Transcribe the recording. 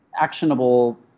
actionable